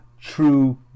true